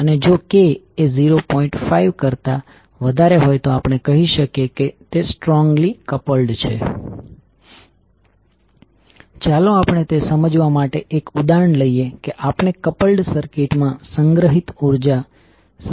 જો તમને યાદ હોય કે આપણે આપણા પ્રથમ સપ્તાહમાં પેસીવ સાઇન કન્વેન્શન ની ચર્ચા કરી હતી